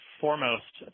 foremost